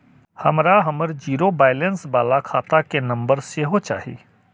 हमरा हमर zero balance बाला खाता के नम्बर सेहो चाही